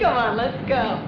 go on let's go